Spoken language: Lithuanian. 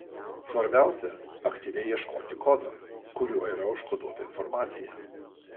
svarbiausia aktyviai ieškoti kodo kuriuo yra užkoduota informacija